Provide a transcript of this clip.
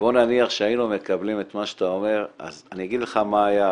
בוא נניח שהיינו מקבלים את מה שאתה אומר אז אני אגיד לך מה היה החוק,